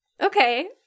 Okay